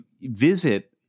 visit